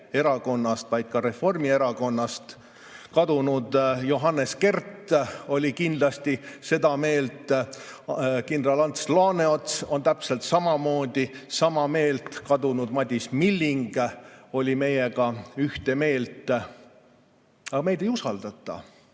erakonnast, vaid ka Reformierakonnast kadunud Johannes Kert oli kindlasti seda meelt. Kindral Ants Laaneots on täpselt samamoodi sama meelt, kadunud Madis Milling oli meiega ühte meelt. Aga meid ei usaldata.